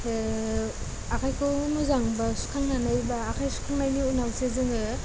आखाइखौ मोजां बा सुखांनानै बा आखाइ सुखांनायनि उनावसो जोङो